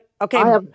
Okay